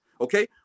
Okay